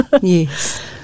yes